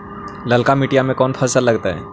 ललका मट्टी में कोन फ़सल लगतै?